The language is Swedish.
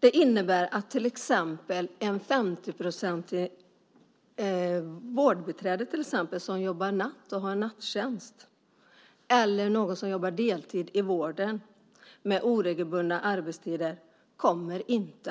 Det innebär att till exempel ett vårdbiträde som jobbar natt och har nattjänst eller någon som jobbar deltid i vården med oregelbundna arbetstider inte kommer